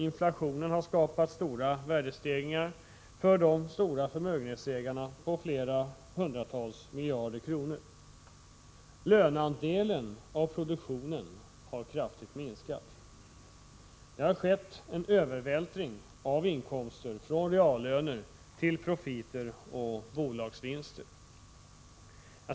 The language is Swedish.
Inflationen har skapat värdestegringar på flera hundratals miljarder kronor för de stora förmögenhetsägarna. Löneandelen av produk tionen har minskat kraftigt. Det har skett en övervältring av inkomster från reallöner till profiter och bolagsvinster.